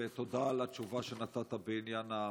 ותודה על התשובה שנתת בעניין המועד,